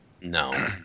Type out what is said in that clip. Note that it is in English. No